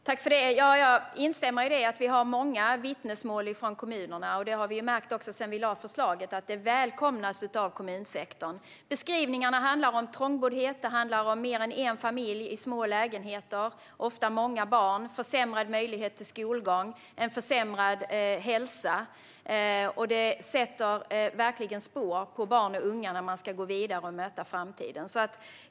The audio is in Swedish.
Herr talman! Jag instämmer i att det finns många vittnesmål från kommunerna. Sedan vi lade fram förslaget har vi också märkt att det välkomnas av kommunsektorn. Beskrivningarna handlar om trångboddhet. Det är mer än en familj i en lägenhet, ofta med många barn, försämrad möjlighet till skolgång, försämrad hälsa och så vidare. Detta sätter verkligen spår i barn och unga när de ska gå vidare och möta framtiden.